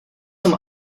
some